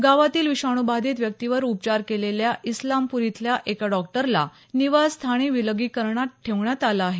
गावातील विषाणूबाधीत व्यक्तीवर उपचार केलेल्या इस्लामपूर इथल्या एका डॉकटरला निवासस्थानी विलगीकरणात ठेवण्यात आलं आहे